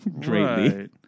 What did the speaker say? greatly